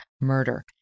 Murder